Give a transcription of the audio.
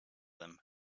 them